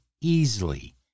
easily